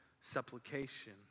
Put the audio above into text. supplication